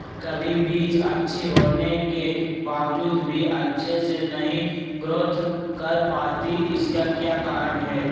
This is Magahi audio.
कभी बीज अच्छी होने के बावजूद भी अच्छे से नहीं ग्रोथ कर पाती इसका क्या कारण है?